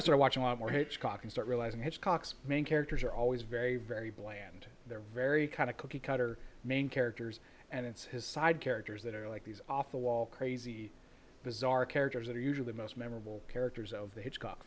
i watch a lot more hitchcock and start realizing hitchcock's main characters are always very very bland they're very kind of cookie cutter main characters and it's his side characters that are like these off the wall crazy bizarre characters that are usually most memorable characters of the hitchcock